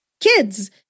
kids